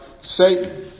Satan